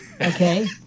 Okay